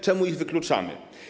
Czemu ich wykluczamy?